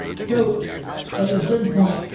so at a certain point,